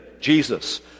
Jesus